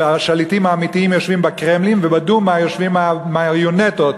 שהשליטים האמיתיים יושבים בקרמלין וב"דומה" יושבים המריונטות.